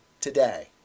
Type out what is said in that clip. today